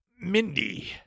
Mindy